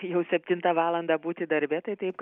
jau septintą valandą būti darbe tai taip